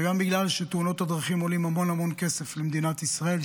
וגם בגלל שתאונות הדרכים עולות המון המון כסף למדינת ישראל,